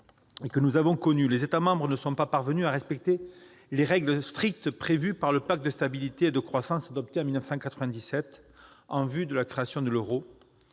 et que nous connaissons, les États membres ne sont pas parvenus à respecter les règles strictes prévues par le pacte de stabilité et de croissance adopté en 1997 en vue de la création de l'euro,